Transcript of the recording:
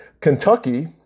Kentucky